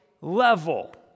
level